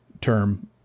term